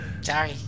Sorry